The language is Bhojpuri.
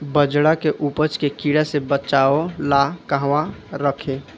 बाजरा के उपज के कीड़ा से बचाव ला कहवा रखीं?